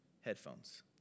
headphones